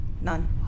none